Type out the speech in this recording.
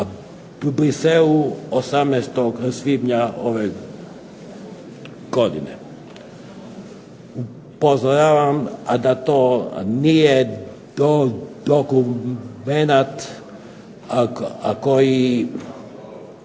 u Bruxellesu 18. svibnja ove godine. Upozoravam da to nije dokumenat koji